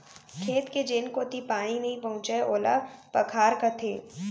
खेत के जेन कोती पानी नइ पहुँचय ओला पखार कथें